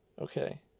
Okay